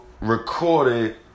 recorded